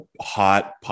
hot